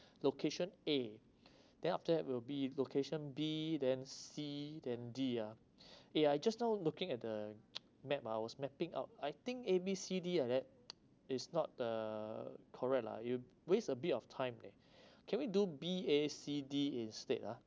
location A then after that will be location B then C then D ah eh I just now looking at the map I was mapping out I think A B C D like that is not uh correct lah you waste a bit of time leh can we do B A C D instead ah